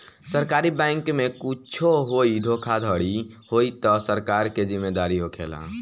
सरकारी बैंके में कुच्छो होई धोखाधड़ी होई तअ सरकार के जिम्मेदारी होखेला